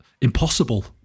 impossible